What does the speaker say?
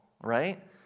right